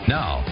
now